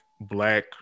Black